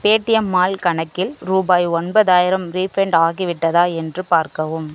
Paytm mall கணக்கில் ரூபாய் ஒன்பதாயிரம் ரீஃபண்ட் ஆகிவிட்டதா என்று பார்க்கவும்